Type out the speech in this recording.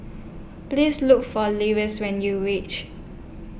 Please Look For Linus when YOU REACH